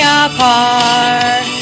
apart